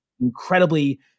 incredibly